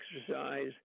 exercise